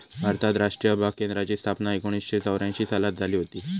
भारतात राष्ट्रीय बाग केंद्राची स्थापना एकोणीसशे चौऱ्यांशी सालात झाली हुती